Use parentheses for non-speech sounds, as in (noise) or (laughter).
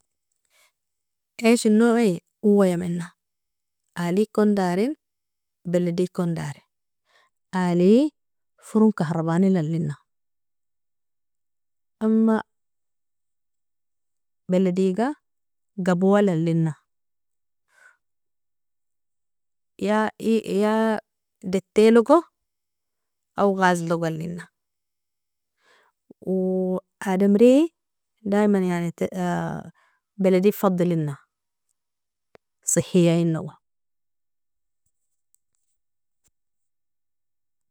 Aishaen nawe owoyamena, alykon darin, beledikon dari, aly foron kahrabani alina, (unintelligible) belediga gabwal alina ya (hesitation) datilogo aow gazlogo alina (hesitation) adamri daiman yani (hesitation) beledi fadelilina sahiainogo.